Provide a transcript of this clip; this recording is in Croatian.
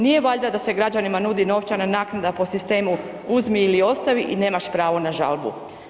Nije valjda da se građanima nudi novčana naknada po sistemu uzmi ili ostavi i nemaš pravo na žalbu?